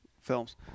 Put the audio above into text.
films